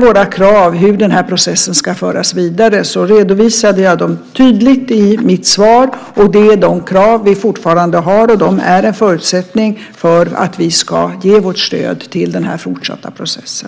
Våra krav på hur den här processen ska föras vidare redovisade jag tydligt i mitt svar. Och det är de krav vi fortfarande har, och de är en förutsättning för att vi ska ge vårt stöd till den fortsatta processen.